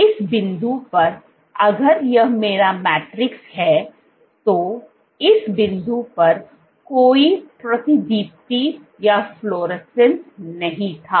और इस बिंदु पर अगर यह मेरा मैट्रिक्स है तो इस बिंदु पर कोई प्रतिदीप्ति नहीं था